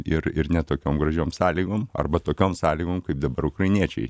ir ir ne tokiom gražiom sąlygom arba tokiom sąlygom kaip dabar ukrainiečiai